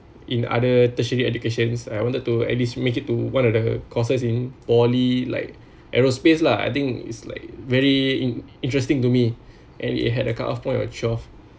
in other tertiary education uh I wanted to at least make it to one of the courses in poly like aerospace lah I think is like very in~ interesting to me and it had a cutoff point of twelve